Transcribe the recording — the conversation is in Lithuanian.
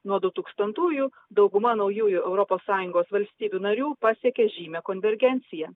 nuo du tūkstantųjų dauguma naujųjų europos sąjungos valstybių narių pasiekė žymią konvergenciją